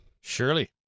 Surely